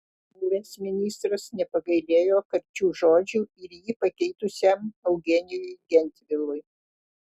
buvęs ministras nepagailėjo karčių žodžių ir jį pakeitusiam eugenijui gentvilui